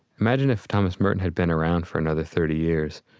imagine if thomas merton had been around for another thirty years,